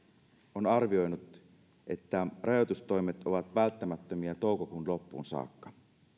on arvioinut että rajoitustoimet ovat välttämättömiä toukokuun loppuun saakka